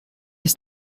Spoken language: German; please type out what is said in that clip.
ist